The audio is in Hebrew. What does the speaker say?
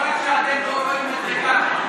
לא רק שאתם לא רואים את זה ככה,